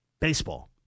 baseball